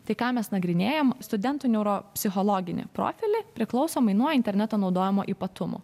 tai ką mes nagrinėjam studentų neuropsichologinį profilį priklausomai nuo interneto naudojimo ypatumų